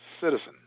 citizen